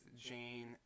Jane